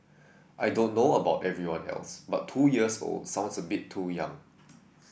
I don't know about everyone else but two years old sounds a bit too young